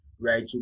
right